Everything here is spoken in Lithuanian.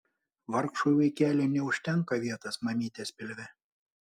vargšui vaikeliui neužtenka vietos mamytės pilve